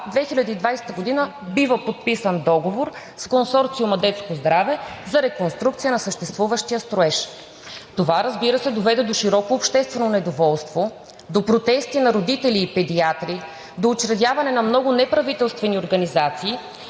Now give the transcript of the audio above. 2020 г. бива подписан договор с консорциума „Детско здраве“ за реконструкция на съществуващия строеж. Това, разбира се, доведе до широко обществено недоволство, до протести на родители и педиатри, до учредяване на много неправителствени организации.